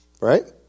right